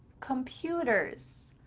computers,